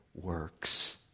works